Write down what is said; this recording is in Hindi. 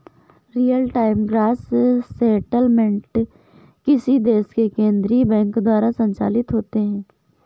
रियल टाइम ग्रॉस सेटलमेंट किसी देश के केन्द्रीय बैंक द्वारा संचालित होते हैं